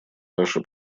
ваши